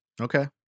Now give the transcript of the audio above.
Okay